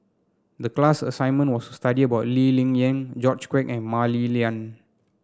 the class assignment was to study about Lee Ling Yen George Quek and Mah Li Lian